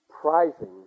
Prizing